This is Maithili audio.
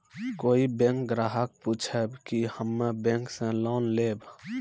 कोई बैंक ग्राहक पुछेब की हम्मे बैंक से लोन लेबऽ?